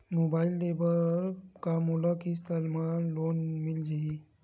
Mobile ले बर का मोला किस्त मा लोन मिल जाही?